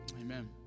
Amen